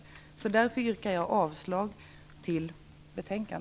Därför yrkar jag avslag på utskottets hemställan.